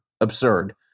absurd